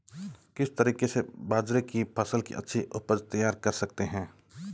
किस तरीके से बाजरे की फसल की अच्छी उपज तैयार कर सकते हैं?